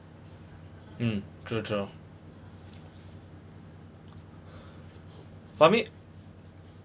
mm true true for me